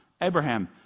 Abraham